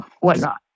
whatnot